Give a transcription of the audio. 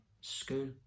school